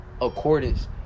accordance